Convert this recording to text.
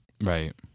Right